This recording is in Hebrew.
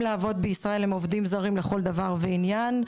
לעבוד בישראל הם עובדים זרים לכל דבר ועניין.